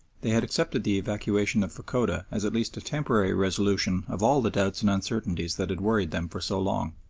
they had accepted the evacuation of fachoda as at least a temporary resolution of all the doubts and uncertainties that had worried them for so long.